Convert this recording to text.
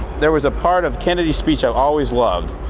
there was a part of kennedy's speech i've always loved,